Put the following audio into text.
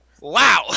Wow